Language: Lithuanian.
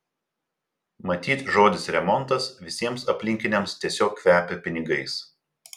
matyt žodis remontas visiems aplinkiniams tiesiog kvepia pinigais